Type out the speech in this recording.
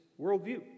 worldview